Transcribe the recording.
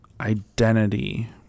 identity